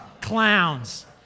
Clowns